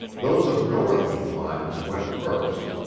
those of northern climes went first,